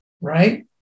right